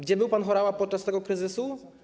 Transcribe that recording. Gdzie był pan Horała podczas tego kryzysu?